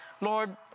Lord